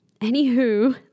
Anywho